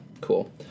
cool